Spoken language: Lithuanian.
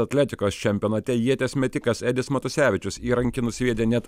atletikos čempionate ieties metikas edis matusevičius įrankį nusviedė net